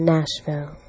Nashville